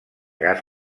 gas